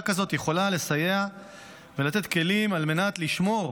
שכזאת יכולה לסייע ולתת כלים על מנת לשמור